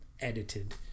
edited